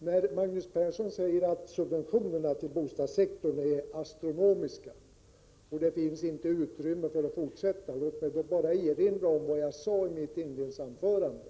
När Magnus Persson säger att subventionerna till bostadssektorn är astronomiska och att det inte finns utrymme för att fortsätta vill jag bara erinra om vad jag sade i mitt inledningsanförande.